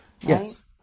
Yes